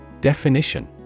Definition